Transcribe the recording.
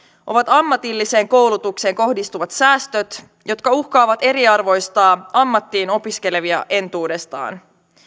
ovat ammatilliseen koulutukseen kohdistuvat säästöt jotka uhkaavat eriarvoistaa ammattiin opiskelevia entuudestaan